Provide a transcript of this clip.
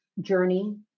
journey